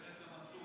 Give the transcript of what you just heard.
למנסור,